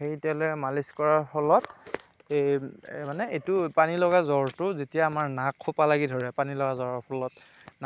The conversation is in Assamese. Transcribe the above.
সেই তেলেৰে মালিচ কৰাৰ ফলত এই মানে এইটো পানীলগা জ্বৰটো যেতিয়া আমাৰ নাক সোপা লাগি ধৰে পানীলগা জ্বৰৰ ফলত